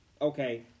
okay